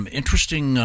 interesting